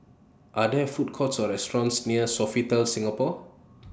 Are There Food Courts Or restaurants near Sofitel Singapore